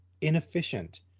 inefficient